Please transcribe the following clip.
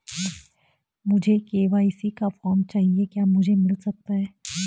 मुझे के.वाई.सी का फॉर्म चाहिए क्या मुझे मिल सकता है?